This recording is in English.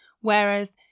whereas